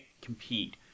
compete